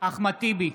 אחמד טיבי,